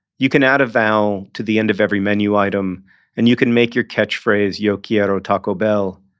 you can add a vowel to the end of every menu item and you can make your catch phrase yo quiero taco bell!